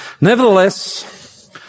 Nevertheless